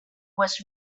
was